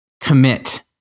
commit